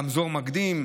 רמזור מקדים,